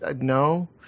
no